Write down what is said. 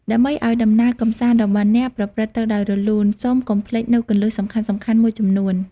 ដើម្បីឲ្យដំណើរកម្សាន្តរបស់អ្នកប្រព្រឹត្តទៅដោយរលូន សូមកុំភ្លេចនូវគន្លឹះសំខាន់ៗមួយចំនួន។